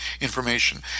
information